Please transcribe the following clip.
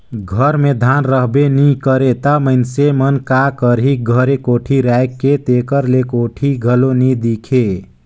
घर मे धान रहबे नी करे ता मइनसे मन का करही घरे कोठी राएख के, तेकर ले कोठी घलो नी दिखे